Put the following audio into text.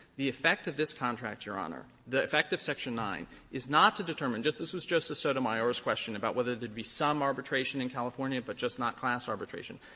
the effect of this contract, your honor. the effect of section nine is not to determine this was justice sotomayor's question about whether there'd be some arbitration in california, but just not class arbitration.